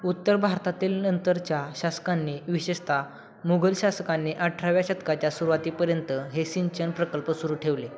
उत्तर भारतातील नंतरच्या शासकांनी विशेषतः मुघल शासकांनी अठराव्या शतकाच्या सुरुवातीपर्यंत हे सिंचन प्रकल्प सुरू ठेवले